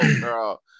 girl